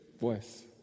voice